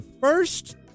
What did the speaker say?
first